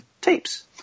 tapes